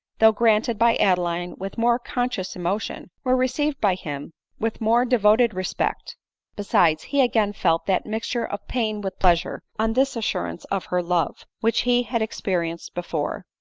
though granted by adeline with more conscious emotion, were received by him with more de voted respect besides, he again felt that mixture of pain with pleasure, on this assurance of her love, which he had experienced before.